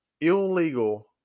illegal